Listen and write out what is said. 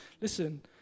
listen